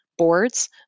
Boards